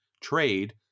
trade